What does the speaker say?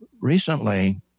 recently